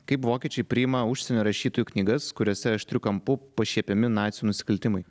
kaip vokiečiai priima užsienio rašytojų knygas kuriose aštriu kampu pašiepiami nacių nusikaltimai